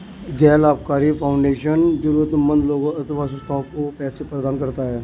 गैर लाभकारी फाउंडेशन जरूरतमन्द लोगों अथवा संस्थाओं को पैसे प्रदान करता है